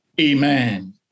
Amen